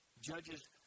Judges